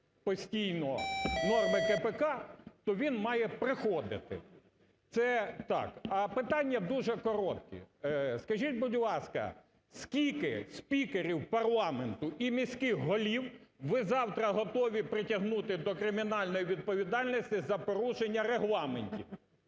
постійно норми КПК, то він має приходити – це так. А питання дуже короткі. Скажіть, будь ласка, скільки спікерів парламенту і міських голів, ви завтра готові притягнути до кримінальної відповідальності за порушення Регламентів?